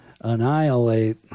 annihilate